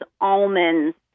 almonds